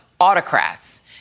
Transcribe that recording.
autocrats